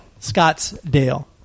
Scottsdale